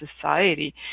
society